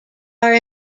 are